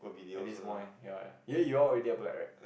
at this point ya yeah you'll already applied right